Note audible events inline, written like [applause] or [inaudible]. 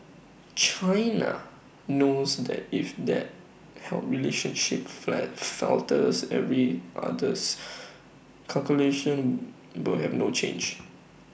China knows that if that how relationship [unintelligible] falters every others [noise] calculation will have no change